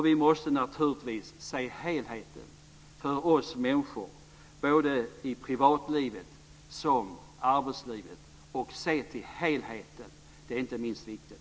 Vi måste naturligtvis se till helheten för oss människor både i privatlivet och i arbetslivet. Det är inte minst viktigt.